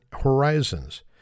horizons